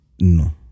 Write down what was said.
no